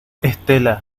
estela